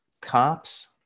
cops